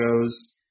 goes